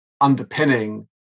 underpinning